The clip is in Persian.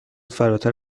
فراتر